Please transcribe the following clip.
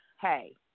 hey